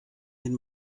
den